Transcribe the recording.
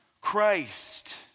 Christ